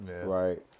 right